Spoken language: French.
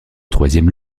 troisième